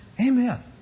Amen